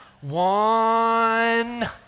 One